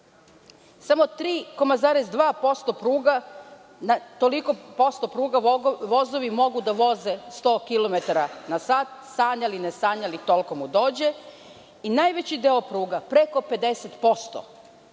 Samo 3,2% pruga, na toliko posto pruga vozovi mogu da voze 100 kilometara na sat, sanjali ne sanjali, toliko mu dođe i najveći deo pruga preko 50%